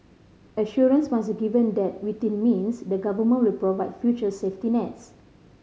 assurance must be given that within means the Government will provide future safety nets